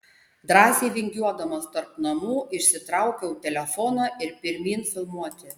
drąsiai vingiuodamas tarp namų išsitraukiau telefoną ir pirmyn filmuoti